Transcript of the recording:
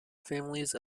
families